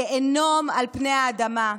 גיהינום על פני האדמה.